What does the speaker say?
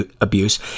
abuse